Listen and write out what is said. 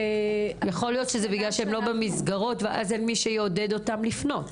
יכול להיות שזה בגלל שהם לא במסגרות ואין מי שיעודד אותם לפנות?